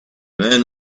man